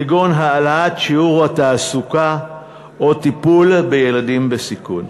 כגון העלאת שיעור התעסוקה או טיפול בילדים בסיכון.